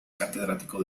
catedrático